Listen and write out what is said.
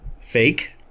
fake